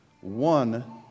one